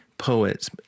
Poets